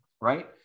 right